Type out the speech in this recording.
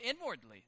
inwardly